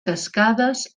cascades